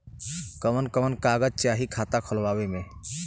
कवन कवन कागज चाही खाता खोलवावे मै?